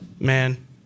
man